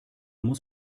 muss